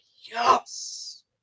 Yes